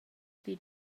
pli